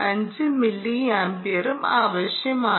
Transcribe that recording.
5 മില്ലിയാംപിയറും ആവശ്യമാണ്